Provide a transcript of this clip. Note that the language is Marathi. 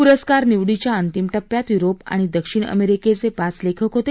पुरस्कार निवडीच्या अंतिम टप्प्यात युरोप आणि दक्षिण अमेरिकेचे पाच लेखक होते